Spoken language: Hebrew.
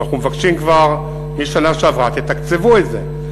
אנחנו מבקשים כבר משנה שעברה: תתקצבו את זה.